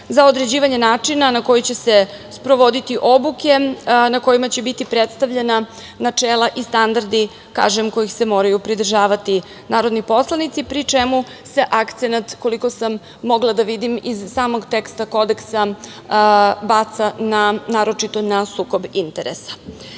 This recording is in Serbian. za određivanje načina na koji će se sprovodi obuke na kojima će biti predstavljena načela i standardi, kažem, kojih se moraju pridržavati narodni poslanici, pri čemu se akcenat, koliko sam mogla da vidim iz samog teksta Kodeksa, baca naročito na sukob interesa.